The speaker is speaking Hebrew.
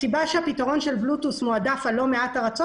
הסיבה שהפתרון של בלוטות' מועדף על לא מעט ארצות